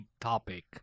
topic